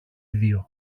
δυο